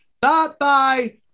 Bye-bye